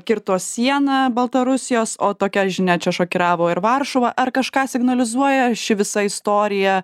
kirto sieną baltarusijos o tokia žinia čia šokiravo ir varšuvą ar kažką signalizuoja ši visa istorija